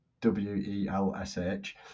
W-E-L-S-H